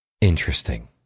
Interesting